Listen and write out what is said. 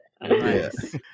Yes